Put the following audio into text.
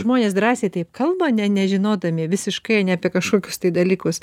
žmonės drąsiai taip kalba ne nežinodami visiškai ne apie kažkokius tai dalykus